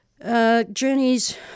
Journeys